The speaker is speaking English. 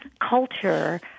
culture